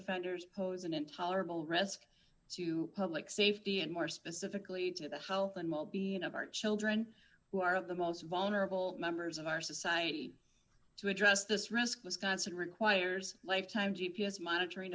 offenders pose an intolerable risk to public safety and more specifically to the health and well being of our children who are of the most vulnerable members of our society to address this risk wisconsin requires lifetime g p s monitoring